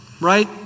Right